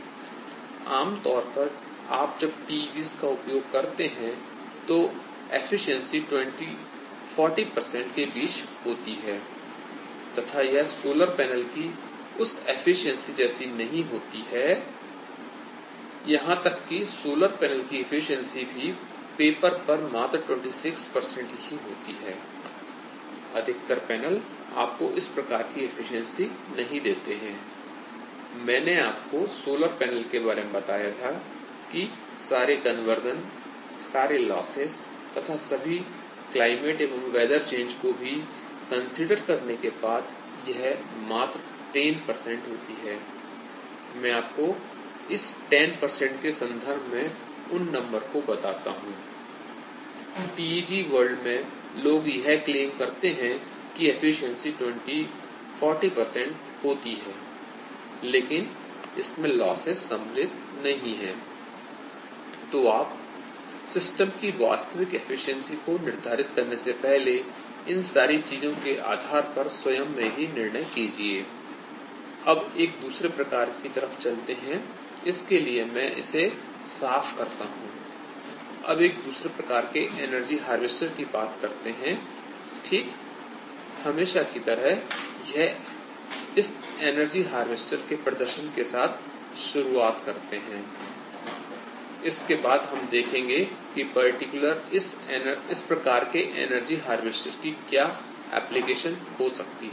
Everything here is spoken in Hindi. आमतौर पर आप जब TEGs का उपयोग करते हैं तो एफिशिएंसी 20 40 परसेंट के बीच होती है तथा यह सोलर पैनल की उस एफिशिएंसी जैसी नहीं होती है यहां तक की सोलर पैनल की एफिशिएंसी भी पेपर पर मात्र 26 ही होती है I अधिकतर पैनल आपको इस प्रकार की एफिशिएंसी नहीं देते हैं I मैंने आपको सोलर पैनल के बारे में बताया था कि सारे कन्वर्जन सारे लॉसेस तथा सभी क्लाइमेट एवं वेदर चेंज को भी कंसीडर करने के बाद यह मात्र 10 होती है I मैं आपको इस 10 के संदर्भ में उन नंबर को बताता हूं I TEG वर्ल्ड में लोग यह क्लेम करते हैं कि एफिशिएंसी 20 40 परसेंट होती है लेकिन इसमें लॉसेस सम्मिलित नहीं है I तो आप सिस्टम की वास्तविक एफिशिएंसी को निर्धारित करने से पहले इन सारी चीजों के आधार पर स्वयं में ही निर्णय कीजिए I अब एक दूसरे प्रकार की तरफ चलते हैं इसके लिए मैं इसे साफ करता हूं I इसके बाद फिर हम देखेंगे कि पर्टिकुलर इस प्रकार के एनर्जी हार्वेस्टर की क्या एप्लीकेशन हो सकती हैं